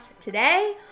Today